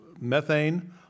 methane